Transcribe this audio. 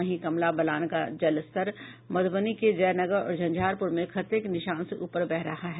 वहीं कमला बलान का जस्तर मधुबनी के जयनगर और झंझारपुर में खतरे के निशान से ऊपर बह रहा है